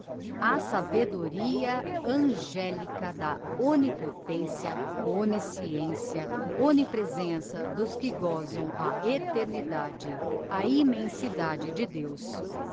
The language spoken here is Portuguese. a sabedoria angelica da omnipotencia omnisciencia omniprezensa dos que gosam a eternidade a immensidade de deos